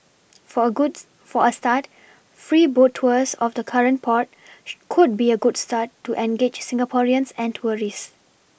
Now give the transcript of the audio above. for a goods for a start free boat tours of the current port she could be a good start to engage Singaporeans and tourists